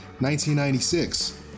1996